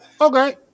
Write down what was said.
Okay